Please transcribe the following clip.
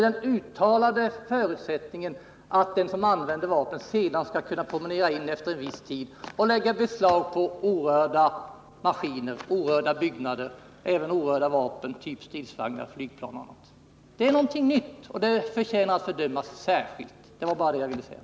Den uttalade förutsättningen är att den som använder vapnet skulle kunna promenera in efter en viss tid och lägga beslag på orörda maskiner, byggnader och vapen, bl.a. av typen stridsvagnar och flygplan. Det är något nytt som förtjänar att bedömas särskilt. Det var bara detta jag ville säga.